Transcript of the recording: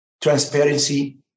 transparency